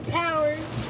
towers